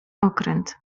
okręt